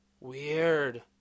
Weird